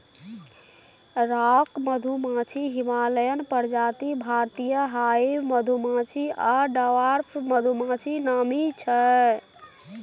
rock मधुमाछी, Himalayan प्रजाति, भारतीय हाइब मधुमाछी आ डवार्फ मधुमाछी नामी छै